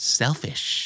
selfish